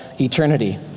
eternity